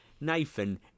Nathan